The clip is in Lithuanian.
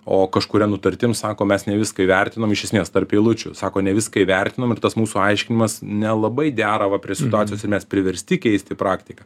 o kažkuria nutartim sako mes ne viską įvertinom iš esmės tarp eilučių sako ne viską įvertinom ir tas mūsų aiškinimas nelabai dera va prie situacijos ir mes priversti keisti praktiką